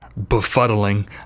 befuddling